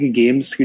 games